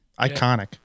iconic